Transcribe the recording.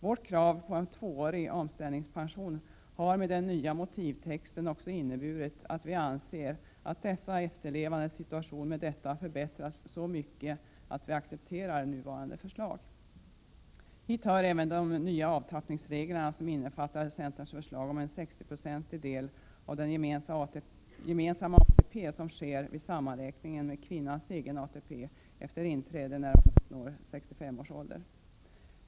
Vårt krav på en tvåårig omställningspension har med den nya motivtexten också inneburit att vi anser att dessa efterlevandes situation har förbättrats så mycket att vi accepterar nuvarande förslag. Hit hör även de nya avtrappningsreglerna, som innefattar centerns förslag om en höjning från 50 96 till 60 26 av den gemensamma ATP som utgår när kvinnan vid 65 år erhåller egen ATP.